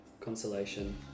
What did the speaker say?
consolation